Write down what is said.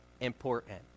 important